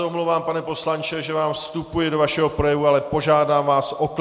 Omlouvám se, pane poslanče, že vám vstupuji do vašeho projevu, ale požádám vás o klid.